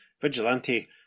Vigilante